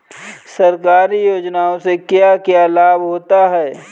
सरकारी योजनाओं से क्या क्या लाभ होता है?